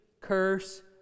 curse